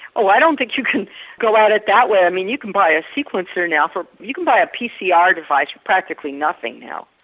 oh, i don't think you can go at it that way, i mean you can buy a sequencer now, you can buy a pcr device for practically nothing now.